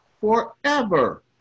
forever